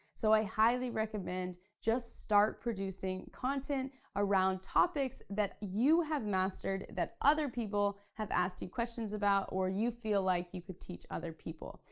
so i highly recommend just start producing content around topics that you have mastered, that other people have asked you questions about, or you feel like you could teach other people.